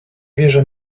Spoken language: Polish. wierzę